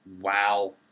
Wow